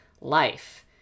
life